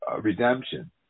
Redemption